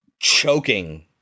choking